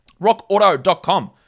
Rockauto.com